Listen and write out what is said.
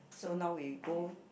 so now we go